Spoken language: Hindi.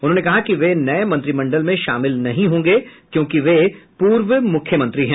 उन्होंने कहा कि वे नये मंत्रिमंडल में शामिल नहीं होंगे क्योंकि वे पूर्व मुख्यमंत्री हैं